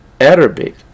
Arabic